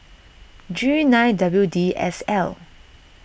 G nine W D S L